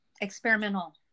experimental